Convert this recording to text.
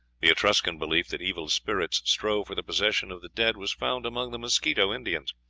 the etruscan belief that evil spirits strove for the possession of the dead was found among the mosquito indians.